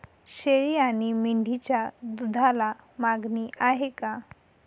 शेळी आणि मेंढीच्या दूधाला मागणी आहे का?